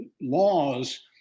laws